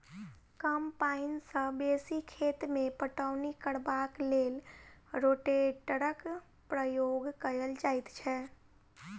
कम पाइन सॅ बेसी खेत मे पटौनी करबाक लेल रोटेटरक प्रयोग कयल जाइत छै